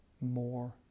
more